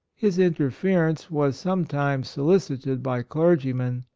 his inter ference was sometimes solicited by clergymen,